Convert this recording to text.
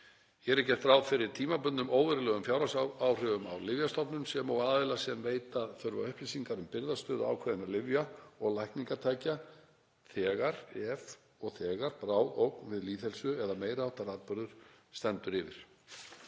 Hér er gert ráð fyrir tímabundnum óverulegum fjárhagsáhrifum á Lyfjastofnun sem og aðila sem veita þurfa upplýsingar um birgðastöðu ákveðinna lyfja og lækningatækja þegar bráð ógn við lýðheilsu eða meiri háttar atburður stendur yfir.